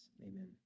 Amen